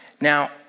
Now